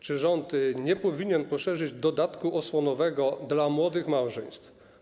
Czy rząd nie powinien poszerzyć dodatku osłonowego dla młodych małżeństw?